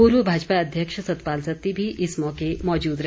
पूर्व भाजपा अध्यक्ष सतपाल सत्ती भी इस मौके मौजूद रहे